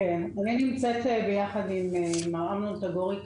אני נמצאת כאן עם המנכ"ל, מר אמנון תבורי.